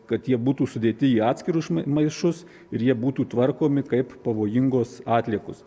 kad jie būtų sudėti į atskirus maišus ir jie būtų tvarkomi kaip pavojingos atliekos